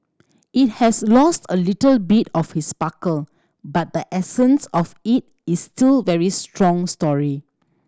it has lost a little bit of its sparkle but the essence of it is still very strong story